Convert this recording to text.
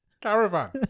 Caravan